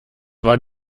war